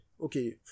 okay